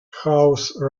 house